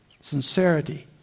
sincerity